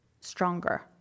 stronger